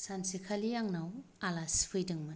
सानसेखालि आंनाव आलासि फैदोंमोन